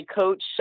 coach